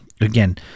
Again